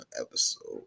episode